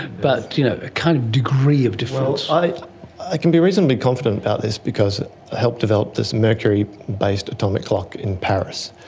but you know a kind of degree of difference. i i can be reasonably confident about this because i helped develop this mercury-based atomic clock in paris,